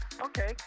Okay